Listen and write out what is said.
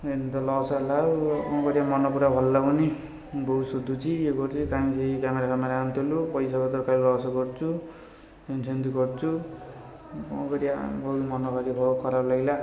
ଏମିତି ତ ଲସ୍ ହେଲା ଆଉ କ'ଣ କରିବା ମନ ପୁରା ଭଲ ଲାଗୁନି ବୋଉ ସୋଦୁଛି ଇଏ କରୁଛି କାହିଁ ସେଇ କ୍ୟାମେରାଫ୍ୟାମେରା ଆଣୁଥିଲୁ ପଇସାପତ୍ର ଖାଲି ଲସ୍ କରୁଛୁ ଏମିତି ସେମିତି କରୁଛୁ କ'ଣ କରିବା ମୋ ମନ ବି ଭାରି ଖରାପ ଲାଗିଲା